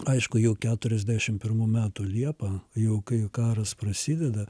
aišku jau keturiasdešimt pirmų metų liepą jau kai karas prasideda